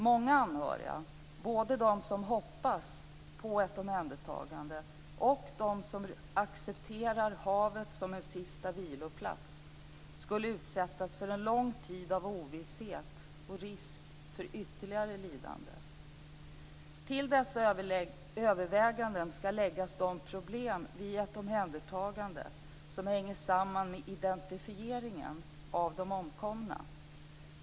Många anhöriga, både de som hoppas på ett omhändertagande och de som accepterar havet som en sista viloplats, skulle utsättas för en lång tid av ovisshet och risk för ytterligare lidande. Till dessa överväganden skall läggas de problem vid ett omhändertagande som hänger samman med identifieringen av de omkomna.